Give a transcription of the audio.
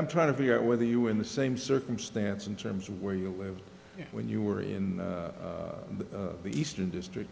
i'm trying to figure out whether you were in the same circumstance in terms where you live when you were in the eastern district